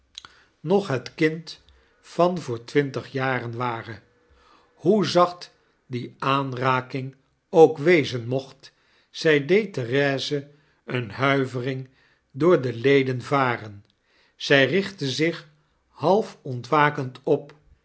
het kind van voor twintig jaren ware hoe zacht die aanraking ook wezen mocht zij deed therese eene huivering door de leden varen zij riehtte zich half ontwakend op